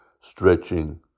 stretching